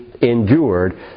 endured